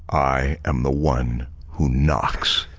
i am the one who knocks!